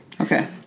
okay